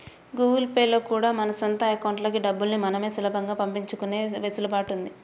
Google Pay లో కూడా మన సొంత అకౌంట్లకి డబ్బుల్ని మనమే సులభంగా పంపించుకునే వెసులుబాటు ఉంది